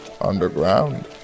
underground